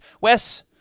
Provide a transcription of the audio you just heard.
Wes